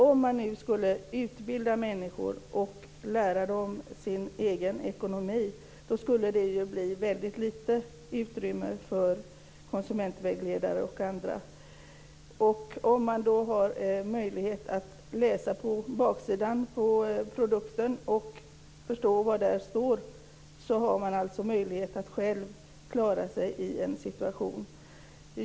Om man skulle utbilda människor och lära dem om deras egen ekonomi skulle det bli väldigt lite utrymme för konsumentvägledare och andra. Om konsumenterna har möjlighet att läsa på baksidan av produkterna och förstå vad som står där har de alltså möjlighet att klara sig själva.